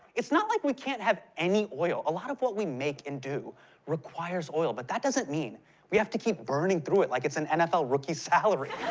it's not like we can't have any oil. a lot of what we make and do requires oil. but that doesn't mean we have to keep burning though it like it's an nfl rookie's salary.